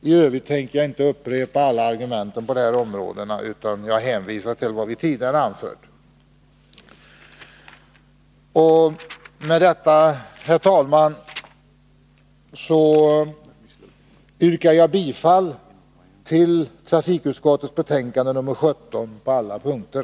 I Övrigt tänker jag inte upprepa alla argument på de områdena utan hänvisar till vad vi tidigare har anfört. Med detta, herr talman, yrkar jag bifall till trafikutskottets hemställan på alla punkter.